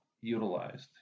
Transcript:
utilized